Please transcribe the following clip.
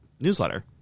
newsletter